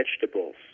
vegetables